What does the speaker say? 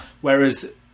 whereas